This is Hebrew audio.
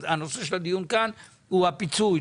הנושא של הדיון כאן הוא הפיצוי,